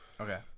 Okay